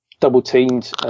double-teamed